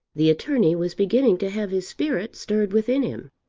the attorney was beginning to have his spirit stirred within him.